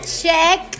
check